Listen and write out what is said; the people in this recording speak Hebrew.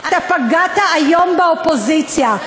אתה פגעת היום באופוזיציה.